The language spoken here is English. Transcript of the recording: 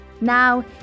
Now